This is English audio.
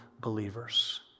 believers